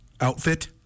outfit